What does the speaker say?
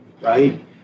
right